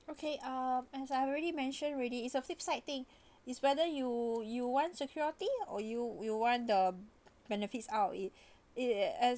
okay uh as I already mentioned already is a flip side thing is whether you you want security or you you want the benefits out of it it as